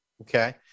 Okay